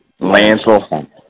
Lancel